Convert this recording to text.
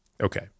Okay